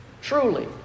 Truly